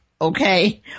Okay